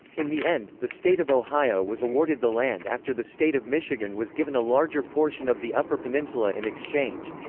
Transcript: in the end, the state of ohio was awarded the land after the state of michigan was given a larger portion of the upper peninsula in exchange.